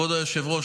כבוד היושב-ראש,